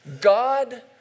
God